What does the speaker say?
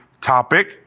topic